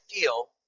feel